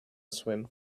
swim